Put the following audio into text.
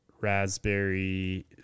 raspberry